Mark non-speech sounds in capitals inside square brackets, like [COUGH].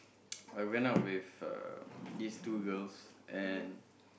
[NOISE] I went out with uh this two girls and